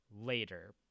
later